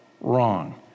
wrong